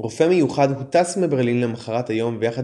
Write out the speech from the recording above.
רופא מיוחד הוטס מברלין למחרת היום ויחד